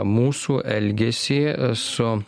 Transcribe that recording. mūsų elgesį su